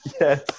Yes